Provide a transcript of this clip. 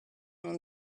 non